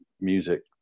music